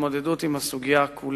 להתמודדות עם הסוגיה כולה.